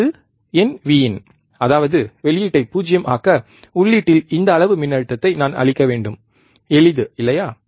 அது என் Vin அதாவது வெளியீட்டைப் பூஜ்யம் ஆக்க உள்ளீட்டில் இந்த அளவு மின்னழுத்தத்தை நான் அளிக்க வேண்டும் எளிது இல்லையா